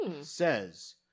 says